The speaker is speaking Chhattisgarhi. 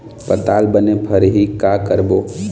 पताल बने फरही का करबो?